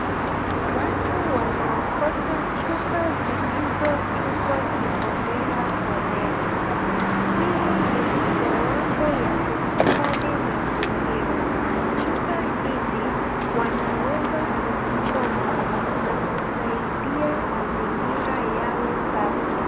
Watu wanaokota chupa zilizotupwa kiolelaolela, hii ni mojawapo ya kuhifdhi mazingira, chupa hizi wanaweza kuzichoma na kusaidia mazingira yawe safi.